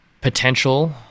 potential